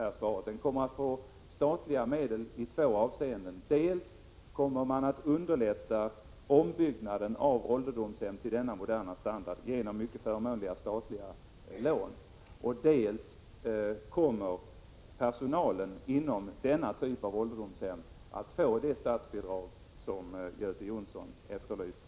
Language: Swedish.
Statliga medel kommer att utgå i två avseenden: dels kommer man att underlätta ombyggnaden av ålderdomshem till denna moderna standard genom mycket förmånliga statliga lån, dels kommer personalen inom denna typ av ålderdomshem att få det statsbidrag som Göte Jonsson efterlyser.